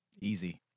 Easy